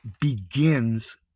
begins